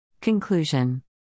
Conclusion